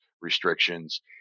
restrictions